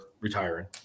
retiring